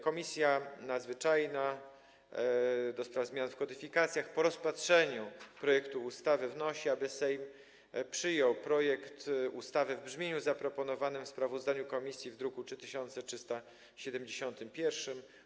Komisja Nadzwyczajna do spraw zmian w kodyfikacjach po rozpatrzeniu projektu ustawy wnosi, aby Sejm przyjął projekt ustawy w brzmieniu zaproponowanym w sprawozdaniu komisji z druku nr 3371.